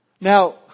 Now